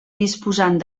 disposant